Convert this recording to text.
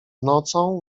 nocą